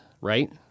right